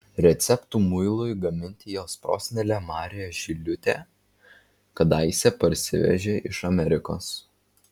receptų muilui gaminti jos prosenelė marė žiliūtė kadaise parsivežė iš amerikos